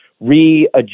readjust